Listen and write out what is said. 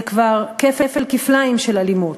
זה כבר כפל-כפליים של אלימות.